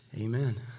Amen